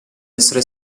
essere